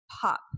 pop